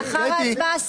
נודיע לחברי הוועדה מתי